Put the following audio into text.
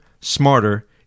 smarter